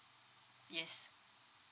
yes